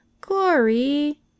glory